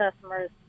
customers